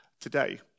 today